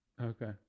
okay